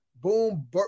boom